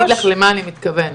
אני אגיד לך למה אני מתכוונת.